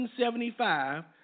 1975